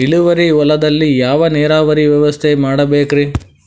ಇಳುವಾರಿ ಹೊಲದಲ್ಲಿ ಯಾವ ನೇರಾವರಿ ವ್ಯವಸ್ಥೆ ಮಾಡಬೇಕ್ ರೇ?